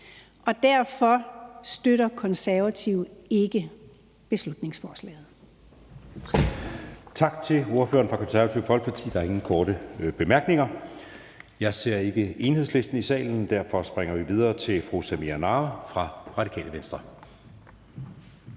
Derfor støtter Konservative ikke beslutningsforslaget.